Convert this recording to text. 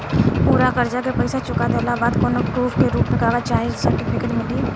पूरा कर्जा के पईसा चुका देहला के बाद कौनो प्रूफ के रूप में कागज चाहे सर्टिफिकेट मिली?